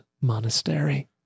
monastery